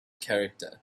character